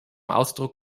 ausdruck